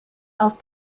auf